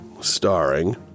starring